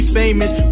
famous